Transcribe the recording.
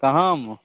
कहाँमे